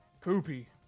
Poopy